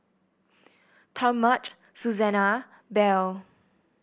Talmadge Susanna Belle